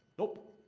nope.